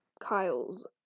Kyle's